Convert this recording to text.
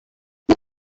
iyo